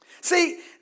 See